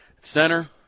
center